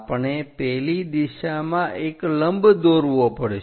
આપણે પેલી દિશામાં એક લંબ દોરવો પડશે